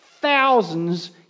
thousands